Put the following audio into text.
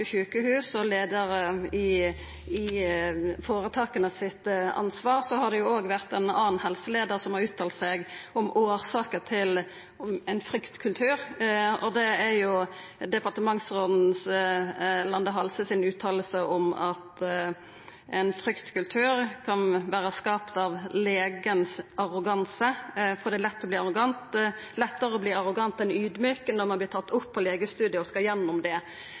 sjukehus og ansvaret til leiarane i føretaka: Òg ein annan helseleiar har uttalt seg om årsaken til ein fryktkultur. Det gjeld tidlegare departementsråd Lande Hasles utsegn om at ein fryktkultur kan vera skapt av arrogansen til legen, for det «er lettere å bli arrogant enn ydmyk når man blir tatt opp på legestudiet» og skal gjennom det.